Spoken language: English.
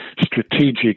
strategic